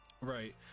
Right